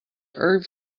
irv